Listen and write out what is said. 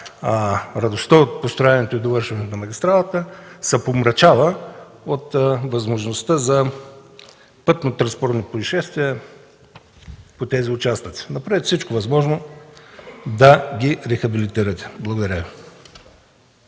радостта от построяването и довършването на магистралата се помрачава от възможността за пътнотранспортни произшествения по тези участъци. Направете всичко възможно да ги рехабилитирате. Благодаря.